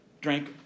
drank